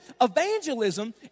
Evangelism